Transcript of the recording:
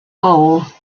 hole